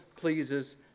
pleases